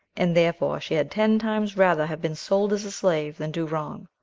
and therefore she had ten times rather have been sold as a slave than do wrong.